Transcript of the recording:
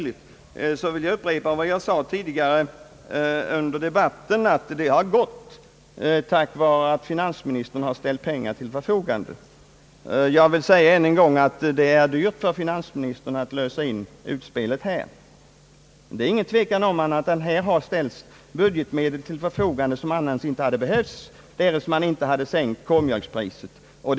Jag vill på den punkten upprepa vad jag sade tidigare under debatten, nämligen att det varit möjligt att sänka priset tack vare att finansministern har ställt pengar till förfogande. Jag vill än en gång säga att det blir dyrt för finansministern att lösa in det socialdemokratiska utspelet i jordbruksfrågan. Det råder ingen tvekan om att i detta fall budgetmedel har ställts till förfogande som inte hade behövt användas därest inte priset på k-mjölken hade sänkts.